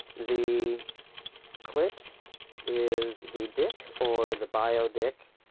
the clit is! the dick! or the! bio dick.